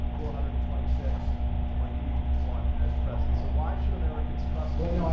four hundred and twenty six when he won as president. so why should americans trust the